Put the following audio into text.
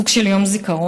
סוג של יום זיכרון.